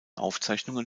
aufzeichnungen